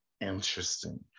Interesting